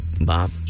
Bob